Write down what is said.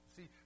See